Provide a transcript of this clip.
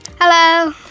Hello